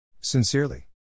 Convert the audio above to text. Sincerely